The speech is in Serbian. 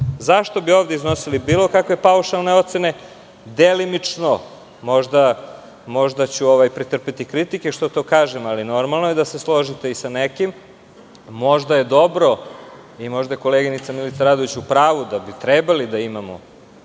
Zašto bi ovde iznosili bilo kakve paušalne ocene, delimično? Možda ću pretrpeti kritike što to kažem, ali normalno je da se slože i sa nekim. Možda je dobro i možda je koleginica Milica Radović u pravu, da bi trebali da imamo